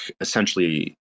essentially